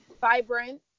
vibrant